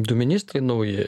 du ministrai nauji